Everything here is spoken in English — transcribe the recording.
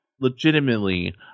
legitimately